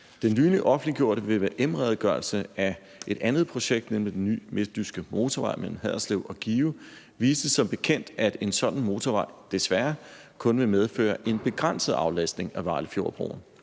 Den nyligt offentliggjorte vvm-redegørelse af et andet projekt, nemlig den nye midtjyske motorvej mellem Haderslev og Give, viste som bekendt, at en sådan motorvej desværre kun vil medføre en begrænset aflastning af Vejlefjordbroen.